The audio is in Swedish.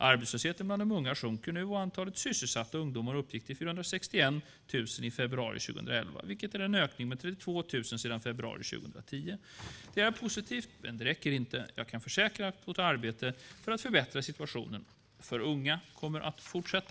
Arbetslösheten bland unga sjunker nu, och antalet sysselsatta ungdomar uppgick till 461 000 i februari 2011, vilket är en ökning med 32 000 sedan februari 2010. Det är positivt, men det räcker inte. Jag kan försäkra att vårt arbete för att förbättra situationen för unga kommer att fortsätta.